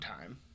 time